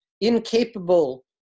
incapable